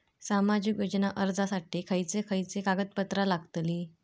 सामाजिक योजना अर्जासाठी खयचे खयचे कागदपत्रा लागतली?